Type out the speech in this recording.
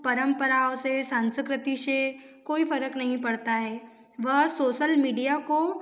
परंपराओं से संस्कृति से कोई फ़र्क़ नहीं पड़ता है वह सोसल मीडिया को